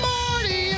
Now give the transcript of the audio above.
Marty